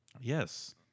yes